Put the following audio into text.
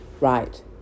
right